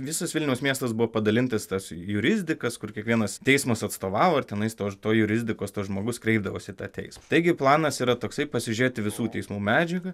visas vilniaus miestas buvo padalintas į tas jurisdikas kur kiekvienas teismas atstovavo tenai tos to jurisdikos tas žmogus kreipdavosi į tą teismą taigi planas yra toksai pasižiūrėti visų teismų medžiagą